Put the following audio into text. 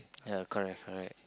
ya correct correct